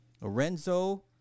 Lorenzo